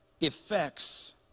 effects